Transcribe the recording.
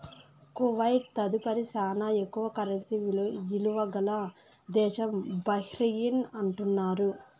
Kuwait తదుపరి శానా ఎక్కువ కరెన్సీ ఇలువ గల దేశం బహ్రెయిన్ అంటున్నారు